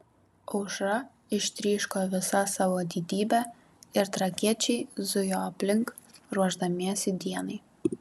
aušra ištryško visa savo didybe ir trakiečiai zujo aplink ruošdamiesi dienai